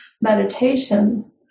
meditation